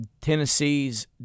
Tennessee's